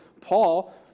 Paul